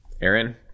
Aaron